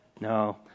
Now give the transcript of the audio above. No